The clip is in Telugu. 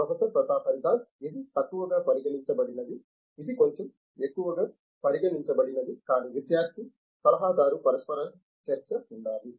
ప్రొఫెసర్ ప్రతాప్ హరిదాస్ ఇది తక్కువగా పరిగణించబదినది ఇది కొంచెం క్కువగా పరిగణించబదినది కానీ విద్యార్థి సలహాదారు పరస్పర చర్చ ఉండాలి